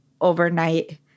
overnight